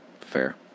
Fair